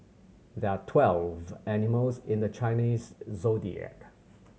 there are twelve animals in the Chinese Zodiac